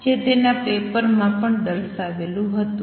જે તેના પેપર માં પણ દર્શાવેલું હતું